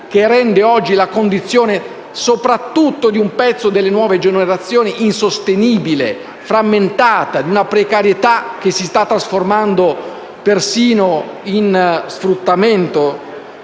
che rende oggi la condizione, soprattutto di un pezzo delle nuove generazioni, insostenibile, frammentata, di una precarietà che si sta trasformando persino in sfruttamento?